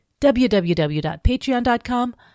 www.patreon.com